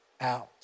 out